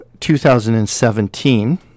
2017